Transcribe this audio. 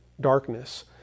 darkness